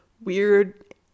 weird